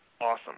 awesome